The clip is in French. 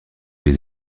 les